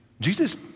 Jesus